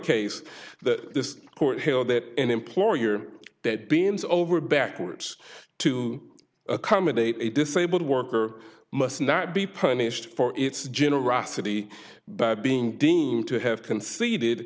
case that this court here that an employer that deems over backwards to accommodate a disabled worker must not be punished for its generosity but being deemed to have conceded